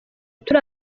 turi